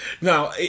Now